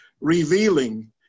revealing